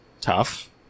tough